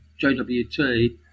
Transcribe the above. JWT